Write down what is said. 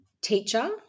teacher